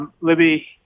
Libby